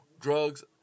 Drugs